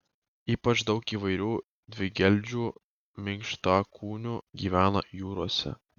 ypač daug įvairių dvigeldžių minkštakūnių gyvena jūrose